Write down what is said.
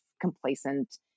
complacent